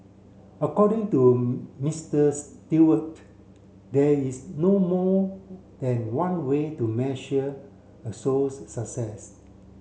according to Mister Stewart there is no more than one way to measure a show's success